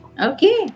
Okay